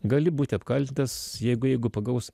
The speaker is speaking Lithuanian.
gali būti apkaltintas jeigu jeigu pagaus